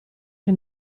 che